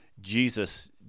jesus